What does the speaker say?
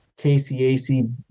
KCAC